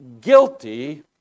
guilty